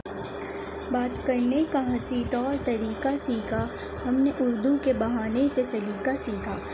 بات کرنے کا حسیں طور طریقہ سیکھا ہم نے اردو کے بہانے سے سلیقہ سیکھا